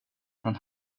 från